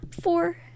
four